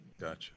Gotcha